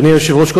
אדוני היושב-ראש,